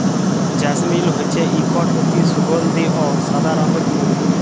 জেসমিল হছে ইকট অতি সুগাল্ধি অ সাদা রঙের ফুল